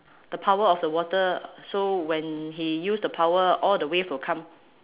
the power of the water so when he use the power all the wave will come